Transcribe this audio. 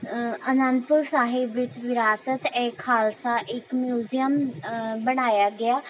ਅਨੰਦਪੁਰ ਸਾਹਿਬ ਵਿੱਚ ਵਿਰਾਸਤ ਏ ਖਾਲਸਾ ਇੱਕ ਮਿਊਜ਼ੀਅਮ ਬਣਾਇਆ ਗਿਆ